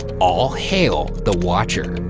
all hail the watcher,